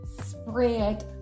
spread